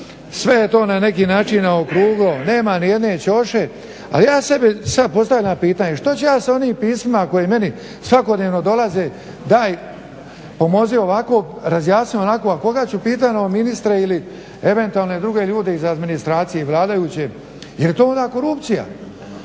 sve je to na neki način ruglo. Nema ni jedne čoše. A ja sebi sad postavljam pitanje što ću ja sa onim pismima koji meni svakodnevno dolaze daj pomozi ovako, razjasni onako, a koga ću pitat no ministre ili eventualne druge ljude iz administracije vladajuće jer to je onda korupcija.